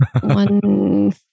one